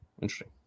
interesting